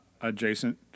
adjacent